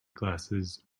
glasses